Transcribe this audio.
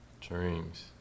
Dreams